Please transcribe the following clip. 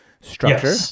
structure